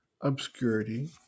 obscurity